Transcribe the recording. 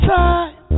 time